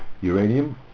uranium